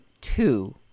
two